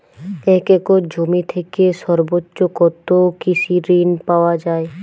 এক একর জমি থেকে সর্বোচ্চ কত কৃষিঋণ পাওয়া য়ায়?